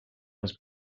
was